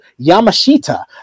Yamashita